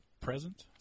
present